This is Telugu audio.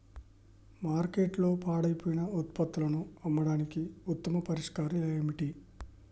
మార్కెట్లో పాడైపోయిన ఉత్పత్తులను అమ్మడానికి ఉత్తమ పరిష్కారాలు ఏమిటి?